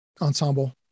ensemble